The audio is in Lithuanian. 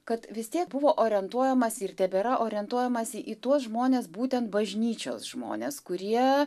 kad vis tiek buvo orientuojamasi ir tebėra orientuojamasi į tuos žmones būtent bažnyčios žmones kurie